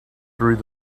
through